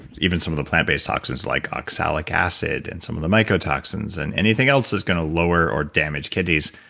even some of the plant based toxins like oxalic acid and some of the mycotoxins and anything else that's gonna lower or damage kidneys.